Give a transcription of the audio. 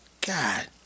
God